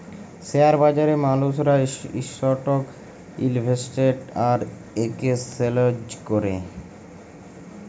share বাজারে মালুসরা stock invest আর একেসচেলজ ক্যরে